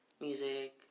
music